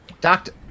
Doctor